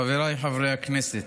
חבריי חברי הכנסת,